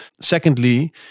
Secondly